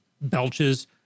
belches